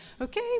Okay